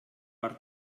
per